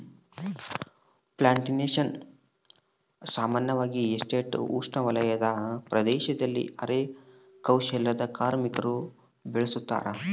plantations ಸಾಮಾನ್ಯವಾಗಿ estate ಉಪೋಷ್ಣವಲಯದ ಪ್ರದೇಶದಲ್ಲಿ ಅರೆ ಕೌಶಲ್ಯದ ಕಾರ್ಮಿಕರು ಬೆಳುಸತಾರ